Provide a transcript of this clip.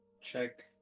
check